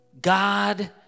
God